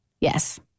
Yes